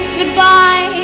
goodbye